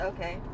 Okay